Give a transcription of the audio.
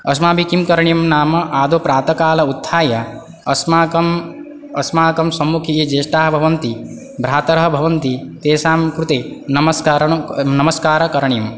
अस्माभिः किं करणीयं नाम आदौ प्रातकाले उत्थाय अस्माकम् अस्माकं सम्मुके ये ज्येष्टाः भवन्ति भ्रातरः भवन्ति तेसां कृते नमस्कारणं नमस्कारं करणीयं